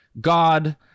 God